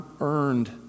earned